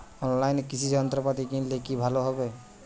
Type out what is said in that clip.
অনলাইনে কৃষি যন্ত্রপাতি কিনলে কি ভালো হবে?